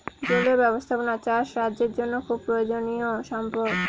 জলীয় ব্যাবস্থাপনা চাষ রাজ্যের জন্য খুব প্রয়োজনীয়ো সম্পদ